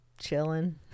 chilling